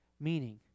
Meaning